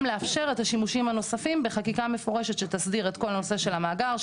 לאפשר את השימושים הנוספים בחקיקה מפורשת שתסדיר את כל הנושא של המאגר,